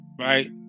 right